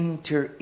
Enter